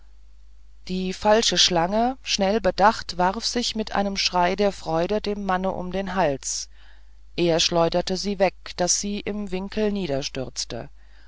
die falsche schlange schnell bedacht warf sich mit einem schrei der freuden dem manne um den hals er schleuderte sie weg daß sie im winkel niederstürzte